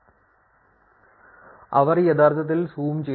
അവർ യഥാർത്ഥത്തിൽ സൂം ചെയ്തു